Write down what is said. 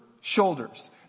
shoulders